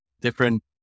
different